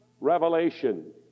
Revelation